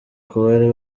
kubari